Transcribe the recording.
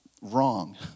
wrong